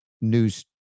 news